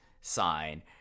sign